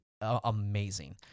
amazing